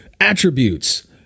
attributes